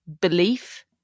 belief